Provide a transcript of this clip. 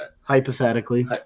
Hypothetically